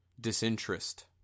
disinterest